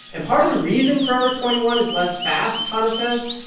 and part of the reason forever twenty one is less fast, chana says,